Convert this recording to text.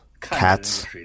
cats